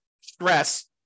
stress